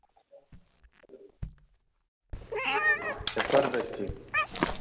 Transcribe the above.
पर व्यक्ति